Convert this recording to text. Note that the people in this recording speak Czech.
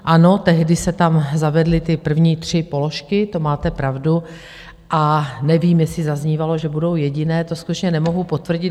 Ano, tehdy se tam zavedly ty první tři položky, to máte pravdu, a nevím, jestli zaznívalo, že budou jediné, to skutečně nemohu potvrdit.